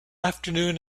afternoon